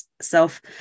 self-